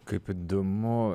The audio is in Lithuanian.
kaip įdomu